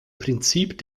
prinzip